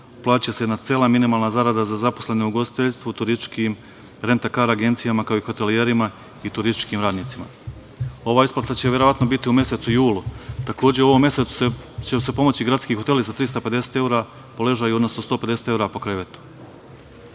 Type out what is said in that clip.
plaća se jedna cela minimalna zarada za zaposlene u ugostiteljstvu, turističkim, rentakar agencijama, kao i hotelijerima i turističkim radnicima. Ova isplata će verovatno biti u mesecu julu. Takođe, u ovom mesecu će se pomoći gradski hoteli sa 350 evra po ležaju, odnosno 150 evra po krevetu,